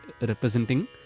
representing